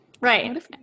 Right